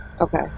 okay